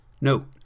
Note